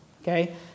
okay